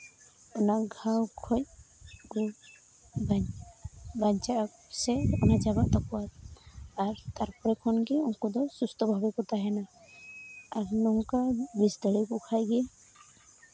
ᱚᱱᱟ ᱜᱷᱟᱣ ᱠᱷᱚᱡ ᱠᱚ ᱵᱟᱧᱪᱟᱜᱼᱟ ᱥᱮ ᱚᱱᱟ ᱪᱟᱵᱟᱜ ᱛᱟᱠᱚᱣᱟ ᱟᱨ ᱛᱟᱨᱯᱚᱨᱮ ᱠᱷᱚᱱᱜᱮ ᱩᱱᱠᱩ ᱫᱚ ᱥᱩᱥᱛᱷᱚ ᱵᱷᱟᱵᱮ ᱠᱚ ᱛᱟᱦᱮᱱᱟ ᱟᱨ ᱱᱚᱝᱠᱟᱢ ᱵᱩᱡᱽ ᱫᱟᱲᱮᱭᱟᱠᱚ ᱠᱷᱟᱡ ᱜᱮ